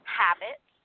habits